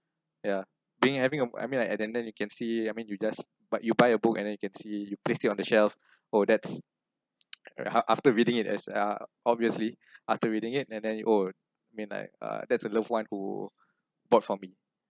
ya being having uh I mean like attendance you can see I mean you just but you buy a book and then you can see you place it on the shelf oh that's af~ after reading it as uh obviously after reading it and then you oh mean like uh that's a loved one who bought for me